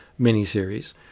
miniseries